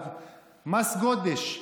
מס גודש,